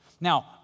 Now